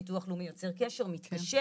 ביטוח לאומי יוצר קשר ומתקשר.